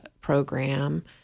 program